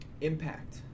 impact